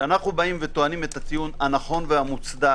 כשאנחנו באים וטוענים את הטיעון הנכון והמוצדק,